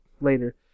later